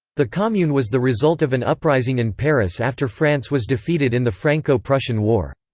the commune was the result of an uprising in paris after france was defeated in the franco-prussian war.